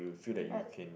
but